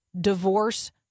divorce